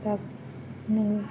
दा नों